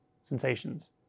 sensations